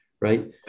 right